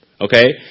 Okay